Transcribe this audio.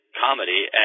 comedy